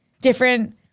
different